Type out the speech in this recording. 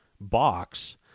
box